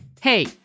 Hey